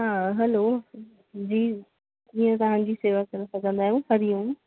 हा हेलो जी कीअं तव्हांजी शेवा करे सघंदा आहियूं हरि ओम